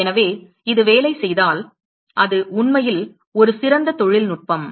எனவே இது வேலை செய்தால் அது உண்மையில் ஒரு சிறந்த தொழில்நுட்பம்